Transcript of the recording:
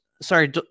Sorry